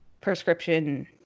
prescription